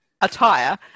attire